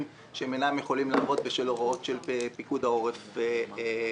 שאינם יכולים לעבוד בשל הוראות של פיקוד העורף באזור.